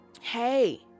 hey